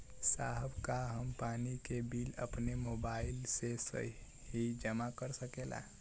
साहब का हम पानी के बिल अपने मोबाइल से ही जमा कर सकेला?